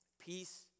Peace